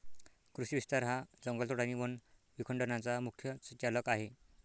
कृषी विस्तार हा जंगलतोड आणि वन विखंडनाचा मुख्य चालक आहे